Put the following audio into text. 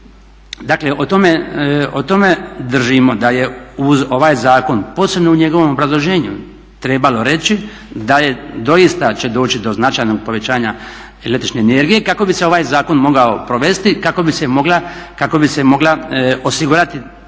Dakle o tome držimo da je uz ovaj zakon, posebno u njegovom obrazloženju trebalo reći da će doista doći do značajnog povećanja el.energije kako bi se ovaj zakon mogao provesti kako bi se mogla osigurati